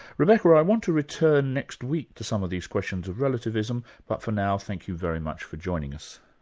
rebecca, i want to return next week to some of these questions of relativism, but for now, thank you very much for joining us.